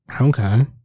okay